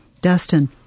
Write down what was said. Dustin